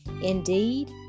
Indeed